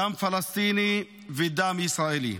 דם פלסטיני ודם ישראלי.